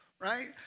right